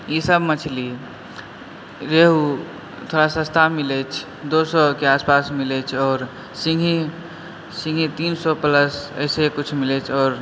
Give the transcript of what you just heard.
ई सब मछली रेहू थोड़ा सस्ता मिलैछ दू सएके आस पास मिलैछ आओर सिङ्गही सिङ्गही तीन सए प्लस ऐसे कुछ मिलै छै आओर